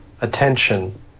attention